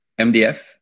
mdf